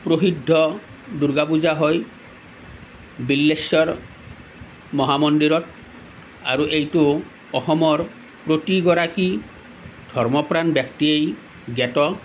প্ৰসিদ্ধ দুৰ্গা পূজা হয় বিল্বেশ্বৰ মহামন্দিৰত আৰু এইটো অসমৰ প্ৰতিগৰাকী ধৰ্মপ্ৰাণ ব্যক্তিয়েই জ্ঞাত